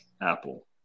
apple